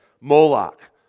Moloch